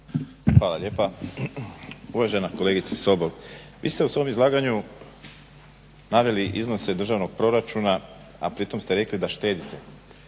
Hvala lijepa. Uvažena kolegice Sobol, vi ste u svom izlaganju naveli iznose državnog proračuna a pritom ste rekli da štedite,